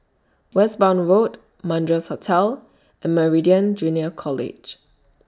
Westbourne Road Madras Hotel and Meridian Junior College